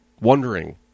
wondering